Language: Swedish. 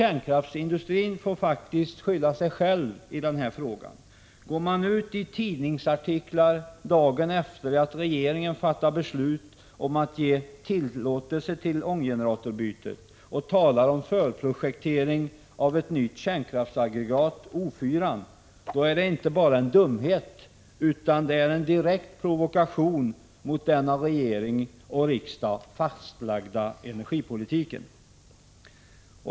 Men kärnkraftsindustrin får faktiskt skylla sig själv i denna fråga. Går man ut i tidningsartiklar dagen efter det att regeringen fattat beslut om att ge tillåtelse till ånggeneratorbytet och talar om förprojektering av ett nytt kärnkraftsaggregat, O4, då är det inte bara en dumhet, utan det är en direkt provokation mot den av regeringen och riksdagen fastlagda energipolitiken.